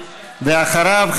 ואחריו,